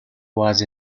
was